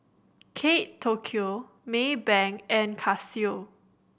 Kate Tokyo Maybank and Casio